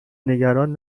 نگران